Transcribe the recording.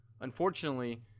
unfortunately